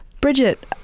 Bridget